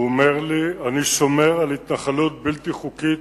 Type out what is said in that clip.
הוא אומר לי: אני שומר על התנחלות בלתי חוקית,